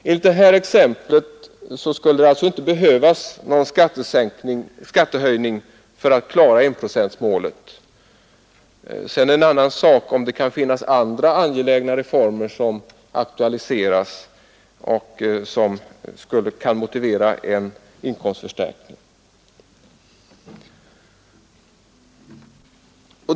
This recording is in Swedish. Enligt det här exemplet skulle det alltså inte behövas någon skattehöjning för att klara enprocentsmålet. Sedan är det en annan sak om man aktualiserar andra angelägna reformer som kan motivera en inkomstförstärkning.